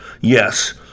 yes